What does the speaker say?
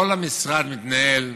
כל המשרד מתנהל,